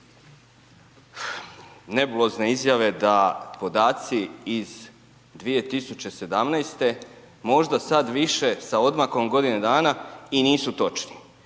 nebulozne izjave da podaci iz 2017. možda sad više sa odmakom godine dana i nisu točni,